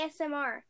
ASMR